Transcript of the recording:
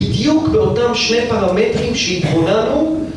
בדיוק באותם שני פרמטרים שהתבוננו